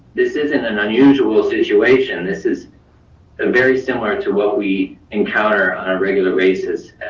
this isn't an unusual situation, this is a very similar to what we encounter on a regular basis.